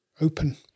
open